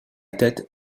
tête